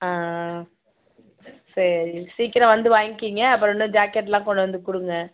ஆ ஆ சரி சீக்கிரம் வந்து வாங்கிக்கிங்க அப்புறம் இன்னும் ஜாக்கெட்லாம் கொண்டு வந்து கொடுங்க